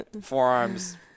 Forearms